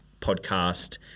podcast